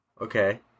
Okay